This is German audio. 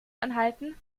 anhalten